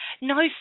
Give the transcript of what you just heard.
no